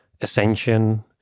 ascension